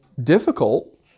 Difficult